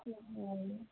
অঁ